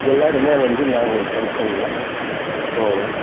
எல்லாருமே வந்து நாங்கள் ஒரு ஃபங்க்ஷன்னா போவோம்